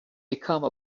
become